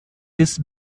des